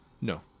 No